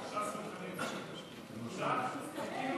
תודה.